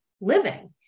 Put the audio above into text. living